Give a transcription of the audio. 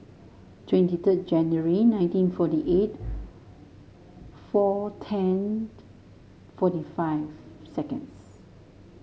twenty third January nineteen forty eight four tenth forty five seconds